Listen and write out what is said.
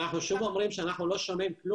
הנושא השני שהעלית.